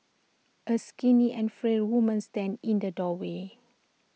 A skinny and frail woman stands in the doorway